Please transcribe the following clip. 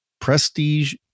Prestige